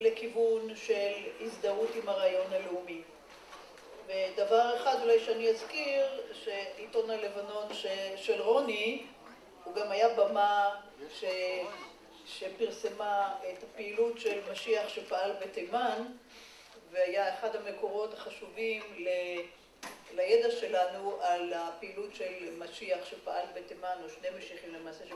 לכיוון של הזדהות עם הרעיון הלאומי. ודבר אחד אולי שאני אזכיר שעיתון הלבנון של רוני, הוא גם היה במה שפרסמה את הפעילות של משיח שפעל בתימן, והיה אחד המקורות החשובים לידע שלנו על הפעילות של משיח שפעל בתימן, או שני משיחים למעשה.